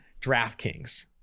DraftKings